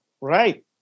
right